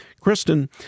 Kristen